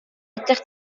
edrych